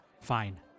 Fine